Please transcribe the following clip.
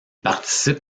participe